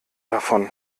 davon